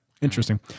Interesting